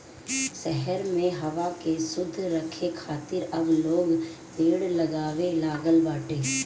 शहर में हवा के शुद्ध राखे खातिर अब लोग पेड़ लगावे लागल बाटे